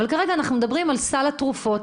אבל כרגע אנחנו מדברים על סל התרופות.